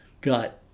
got